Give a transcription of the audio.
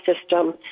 system